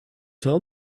tell